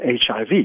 HIV